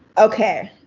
okay,